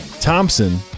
Thompson